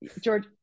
George